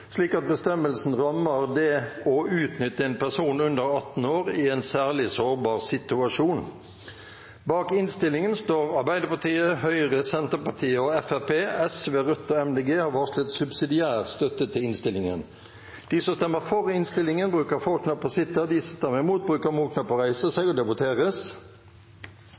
slik at den omfatter utnyttelse av en person under 18 år i en særlig sårbar «situasjon».» Rødt og Miljøpartiet De Grønne har varslet støtte til forslaget. Bak innstillingen står Arbeiderpartiet, Høyre, Senterpartiet og Fremskrittspartiet. Sosialistisk Venstreparti, Rødt og Miljøpartiet De Grønne har varslet subsidiær støtte til innstillingen. Under debatten er det